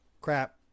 crap